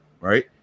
Right